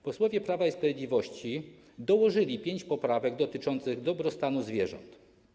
Posłowie Prawa i Sprawiedliwości dołożyli pięć poprawek dotyczących dobrostanu zwierząt.